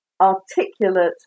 articulate